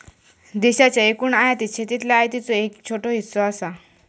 देशाच्या एकूण आयातीत शेतीतल्या आयातीचो एक छोटो हिस्सो असा